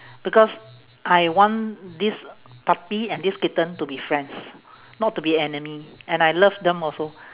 because I want this puppy and this kitten to be friends not to be enemy and I love them also